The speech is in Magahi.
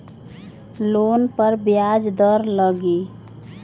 लोन पर ब्याज दर लगी?